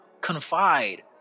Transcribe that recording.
confide